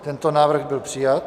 Tento návrh byl přijat.